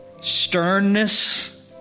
sternness